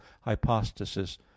hypostasis